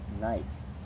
Nice